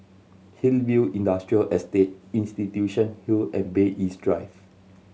Hillview Industrial Estate Institution Hill and Bay East Drive